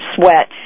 sweat